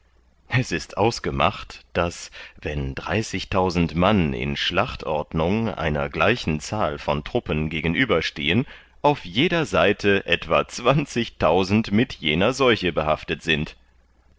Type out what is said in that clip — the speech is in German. es ist ausgemacht daß wenn dreißigtausend mann in schlachtordnung einer gleichen zahl von truppen gegenüber stehen auf jeder seite etwa zwanzigtausend mit jener seuche behaftet sind